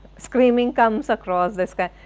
screaming comes across the sky,